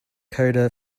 coda